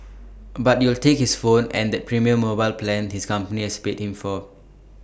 but you'll take his phone and that premium mobile plan his company has paid him for